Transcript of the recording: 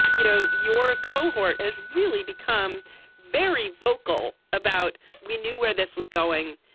you know, your cohort has really become very vocal about we knew where this was going.